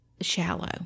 shallow